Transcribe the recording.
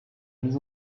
mise